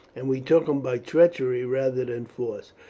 and we took him by treachery rather than force.